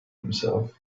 himself